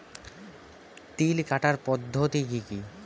তিল কাটার পদ্ধতি কি কি?